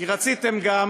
כי רציתם גם,